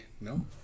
No